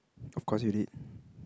of course you did